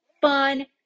fun